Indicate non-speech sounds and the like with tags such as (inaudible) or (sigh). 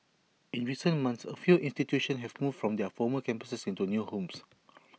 in recent months A few institutions have moved from their former campuses into new homes (noise)